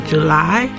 July